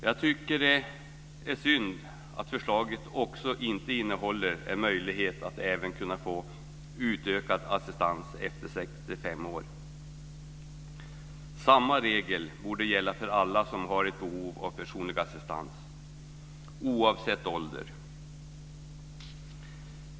Jag tycker att det är synd att förslaget inte också innehåller en möjlighet att få utökad assistans efter 65 år. Samma regel borde gälla för alla som har ett behov av personlig assistans, oavsett ålder.